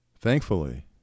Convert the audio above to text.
Thankfully